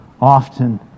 often